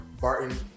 Barton